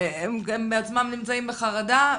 ונמצאים בחרדה,